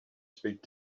speak